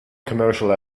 commercial